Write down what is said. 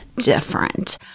different